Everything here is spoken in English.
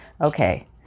okay